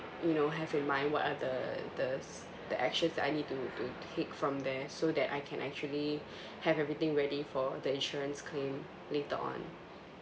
you know have in mind what are the the s~ the actions I need to to take from there so that I can actually have everything ready for the insurance claim later on